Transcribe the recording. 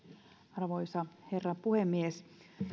arvoisa herra puhemies